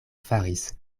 faris